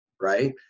right